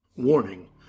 Warning